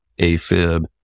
AFib